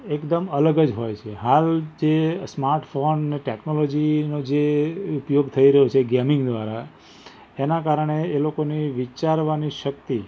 એકદમ અલગ જ હોય છે હાલ જે સ્માર્ટ ફોન અને ટૅકનોલોજીનો જે ઉપયોગ થઈ રહ્યો છે ગેમિંગ દ્વારા એના કારણે એ લોકોની વિચારવાની શક્તિ